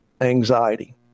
Anxiety